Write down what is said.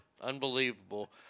Unbelievable